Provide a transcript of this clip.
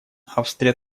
австрия